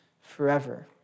forever